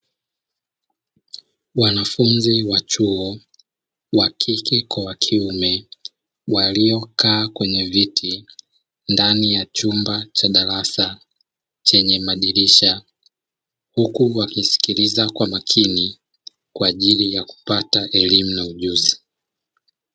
Wanafunzi wa chuo wa kike kwa wa kiume waliokaa kwenye viti ndani ya chumba cha darasa chenye madirisha huku wakisikiliza kwa makini kwa ajili ya kupata elimu na ujuzi.